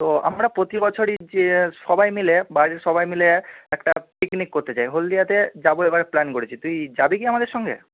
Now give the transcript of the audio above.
তো আমরা প্রতি বছরই যে সবাই মিলে বাড়ির সবাই মিলে একটা পিকনিক করতে যাই হলদিয়াতে যাব এবার প্ল্যান করেছি তুই যাবি কি আমাদের সঙ্গে